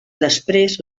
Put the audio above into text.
després